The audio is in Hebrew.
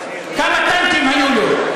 כמה קאנטים היו לו?